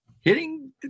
Hitting